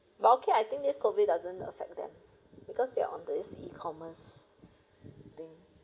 but okay I think this COVID doesn't affect them because they're on this E_commerce thing